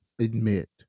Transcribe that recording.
admit